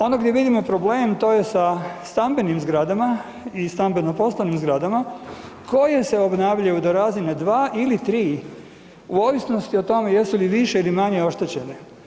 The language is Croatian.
Ono gdje vidimo problem to je sa stambenim zgradama i stambeno-poslovnim zgradama koje se obnavljaju do razine 2 ili 3 u ovisnosti o tome jesu li više ili manje oštećene.